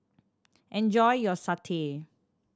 enjoy your satay